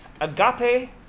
agape